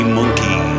monkey